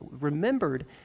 remembered